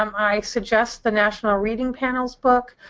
um i suggest the national reading panel's book.